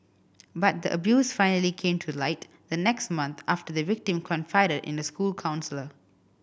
but the abuse finally came to light the next month after the victim confided in a school counsellor